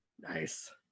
Nice